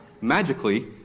Magically